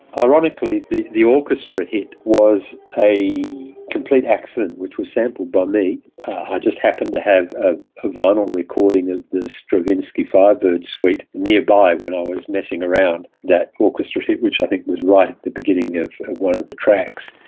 ironically the the orchestra hit was a complete accident which was sampled by me. i just happened to have ah a vinyl recording of the stravinsky firebird suite nearby when i was messing around. that orchestra hit, which i think was right at the beginning of one of the tracks.